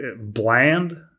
bland